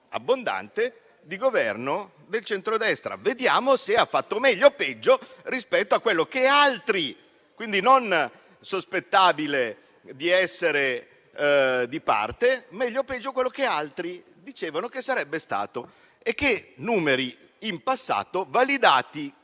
abbondante di Governo del centrodestra: vediamo se ha fatto meglio o peggio rispetto a quello che altri (quindi non sospettabili di essere di parte) dicevano che sarebbe stato, con numeri in passato validati